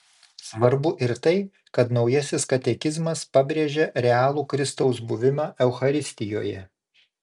svarbu ir tai kad naujasis katekizmas pabrėžia realų kristaus buvimą eucharistijoje